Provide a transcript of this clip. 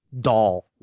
doll